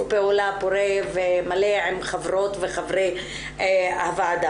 פעולה פורה ומלא עם חברות וחברי הוועדה.